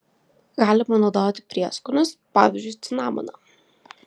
galima naudoti prieskonius pavyzdžiui cinamoną